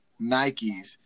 Nikes